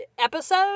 episode